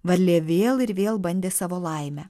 varlė vėl ir vėl bandė savo laimę